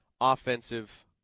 offensive